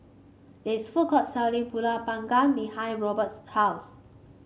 there is food court selling pulut panggang behind Robt's house